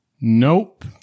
Nope